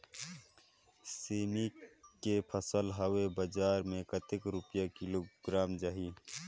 सेमी के फसल हवे बजार मे कतेक रुपिया किलोग्राम जाही?